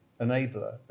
enabler